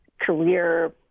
career